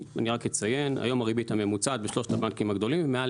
היום הריבית הממוצעת בשלושת הבנקים הגדולים היא מעל